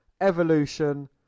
Evolution